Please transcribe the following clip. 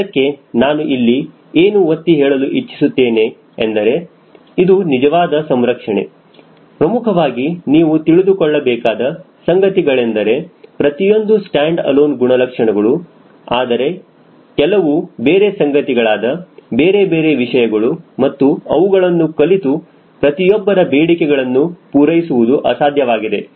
ಅದಕ್ಕೆ ನಾನು ಇಲ್ಲಿ ಏನು ಒತ್ತಿ ಹೇಳಲು ಇಚ್ಚಿಸುತ್ತೇನೆ ಎಂದರೆ ಇದು ನಿಜವಾದ ಸೌರಕ್ಷಣೆ ಪ್ರಮುಖವಾಗಿ ನೀವು ತಿಳಿದುಕೊಳ್ಳಬೇಕಾದ ಸಂಗತಿಗಳೆಂದರೆ ಪ್ರತಿಯೊಂದು ಸ್ಟ್ಯಾಂಡ್ ಅಲೋನ್ ಗುಣಲಕ್ಷಣಗಳು ಆದರೆ ಕೆಲವು ಬೇರೆ ಸಂಗತಿಗಳಾದ ಬೇರೆ ಬೇರೆ ವಿಷಯಗಳು ಮತ್ತು ಅವುಗಳನ್ನು ಕಲಿತು ಪ್ರತಿಯೊಬ್ಬರ ಬೇಡಿಕೆಗಳನ್ನು ಪೂರೈಸುವುದು ಅಸಾಧ್ಯವಾಗಿದೆ